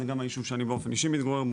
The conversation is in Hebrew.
זה גם הישוב שאני באופן אישי מתגורר בו,